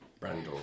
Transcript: Brando